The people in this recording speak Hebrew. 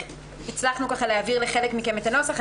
הצלחנו להעביר לחלק מכם את הנוסח.